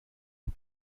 aux